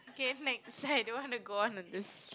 okay next I don't want to go on on this